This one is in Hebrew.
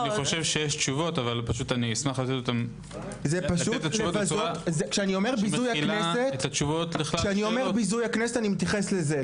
אשמח לתת את התשובות- -- כשאני אומר ביזוי הכנסת אני מתייחס לזה.